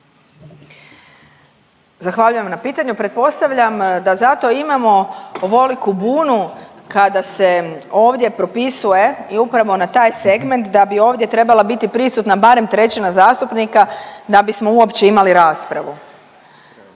Zahvaljujem na pitanju. Pretpostavljam da zato imamo ovoliku bunu kada se ovdje propisuje i upravo na taj segment da bi ovdje trebala biti prisutna barem trećina zastupnika da bismo uopće imali raspravu.